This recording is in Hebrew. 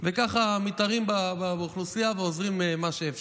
וכך מתערים באוכלוסייה ועוזרים כמה שאפשר.